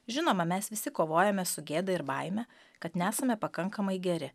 žinoma mes visi kovojame su gėda ir baime kad nesame pakankamai geri